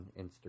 Instagram